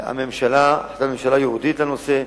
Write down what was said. ממשלה ייעודית לנושא,